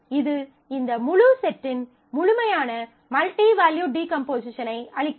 இது இந்த முழு செட்டின் முழுமையான மல்டி வேல்யூட் டீகம்போசிஷன் ஐ அளிக்கிறது